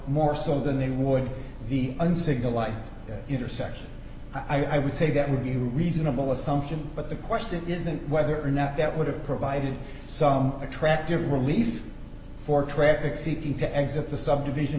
more so than they would be an signalized intersections i would say that would be a reasonable assumption but the question isn't whether or not that would have provided some attractive relief for traffic seeking to exit the subdivision